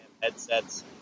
headsets